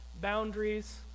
boundaries